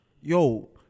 yo